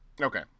Okay